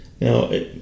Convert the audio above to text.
Now